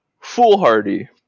Foolhardy